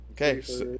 okay